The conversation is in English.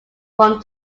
from